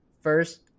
first